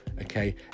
Okay